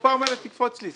הקופה אומרת תקפוץ לי.